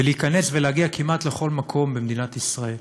ולהיכנס ולהגיע כמעט לכל מקום במדינת ישראל.